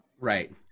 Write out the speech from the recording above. Right